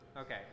Okay